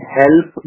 help